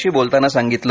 शी बोलताना सांगितलं